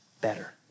better